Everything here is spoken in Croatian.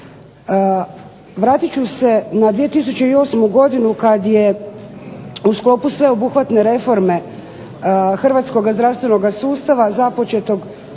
Vratiti ću se na 2008. godinu kada je u sklopu sveobuhvatne reforme Hrvatskog zdravstvenog sustava započetog